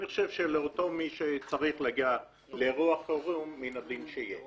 אני חושב שלמי שצריך להגיע לאירוע חירום מן הדין שיהיה.